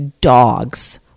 dogs